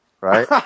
right